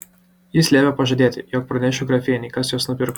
jis liepė pažadėti jog pranešiu grafienei kas juos nupirko